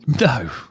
no